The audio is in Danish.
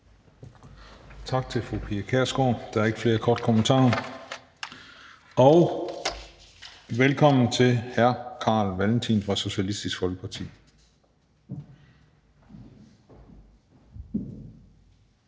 Tak til fru Pia Kjærsgaard. Der er ikke flere korte bemærkninger. Og velkommen til hr. Carl Valentin fra Socialistisk Folkeparti.